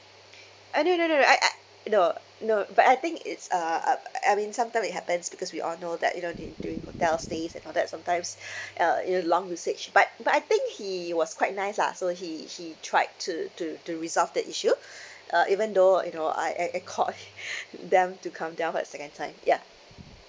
uh no no no no I I no no but I think it's uh uh I mean sometime it happens because we all know that you know du~ during hotel stays and all that sometimes uh you know long usage but but I think he was quite nice lah so he he tried to to to resolve the issue uh even though ah you know I I I called them to come down for the second time ya